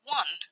one